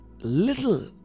little